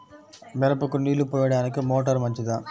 మిరపకు నీళ్ళు పోయడానికి మోటారు మంచిదా?